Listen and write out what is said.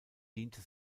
diente